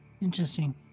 Interesting